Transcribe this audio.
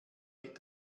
mit